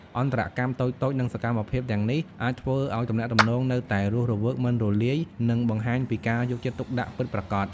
អន្តរកម្មតូចៗ និងសកម្មភាពទាំងនេះអាចធ្វើឱ្យទំនាក់ទំនងនៅតែរស់រវើក មិនរសាយ និងបង្ហាញពីការយកចិត្តទុកដាក់ពិតប្រាកដ។